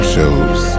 Shows